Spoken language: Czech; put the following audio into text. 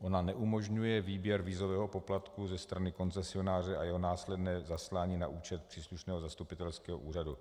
Ona neumožňuje výběr vízového poplatku ze strany koncesionáře a jeho následné zaslání na účet příslušného zastupitelského úřadu.